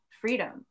freedom